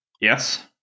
Yes